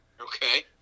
Okay